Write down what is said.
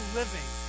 living